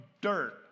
dirt